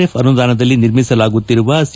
F ಅನುದಾನದಲ್ಲಿ ನಿರ್ಮಿಸಲಾಗುತ್ತಿರುವ C